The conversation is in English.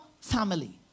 family